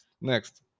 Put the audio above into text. Next